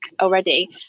already